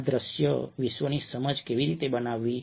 આ દ્રશ્ય વિશ્વની સમજ કેવી રીતે બનાવવી